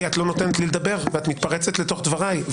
כי את לא נותנת לי לדבר, ואת מתפרצת לתוך דבריי.